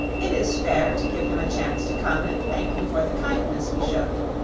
it is fair to give him a chance to come and thank me for the kindness we showed him.